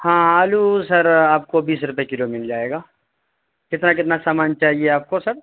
ہاں آلو سر آپ کو بیس روپئے کلو مل جائے گا کتنا کتنا سامان چاہیے آپ کو سر